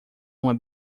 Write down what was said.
uma